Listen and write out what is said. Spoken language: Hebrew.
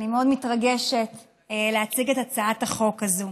אני מאוד מתרגשת להציג את הצעת החוק הזאת.